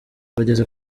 bageze